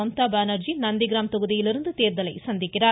மம்தா பானர்ஜி நந்திகிராம் தொகுதியிலிருந்து தேர்தலை சந்திக்கிறார்